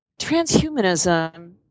transhumanism